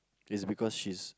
it's because she's